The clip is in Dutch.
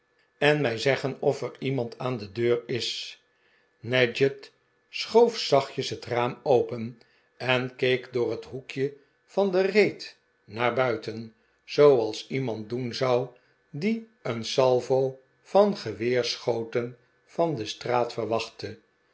en mij zeggen of er iemand aan de deur is nadgett schoof zachtjes het raam open en keek door het hoekje van de reet naar buiten zooals iemand doen zou die een salvo van geweerschoten van de straat